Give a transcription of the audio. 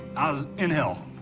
i was in hell.